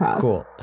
cool